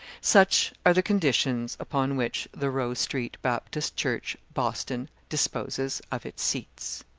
such are the conditions upon which the rowe street baptist church, boston, disposes of its seats.